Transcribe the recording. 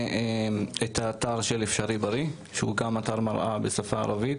את האתר של "אפשרי בריא" שהוא גם אתר מראה בשפה הערבית.